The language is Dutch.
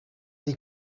die